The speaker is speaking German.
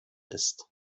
ist